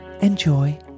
enjoy